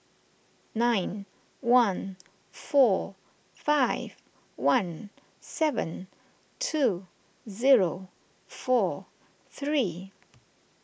nine one four five one seven two zero four three